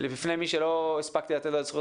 בפנימי שלא הספקתי לתת לו את זכות